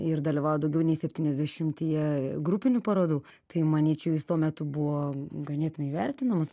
ir dalyvavo daugiau nei septyniasdešimtyje grupinių parodų tai manyčiau jis tuo metu buvo ganėtinai vertinamas